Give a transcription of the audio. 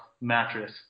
mattress